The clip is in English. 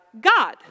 God